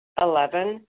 Eleven